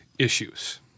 issues